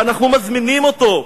ואנחנו מזמינים אותו.